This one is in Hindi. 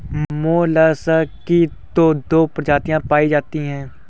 मोलसक की तो दो प्रजातियां पाई जाती है